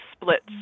splits